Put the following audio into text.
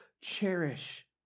cherish